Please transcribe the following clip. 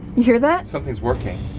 you hear that? something's working.